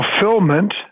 fulfillment